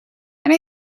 and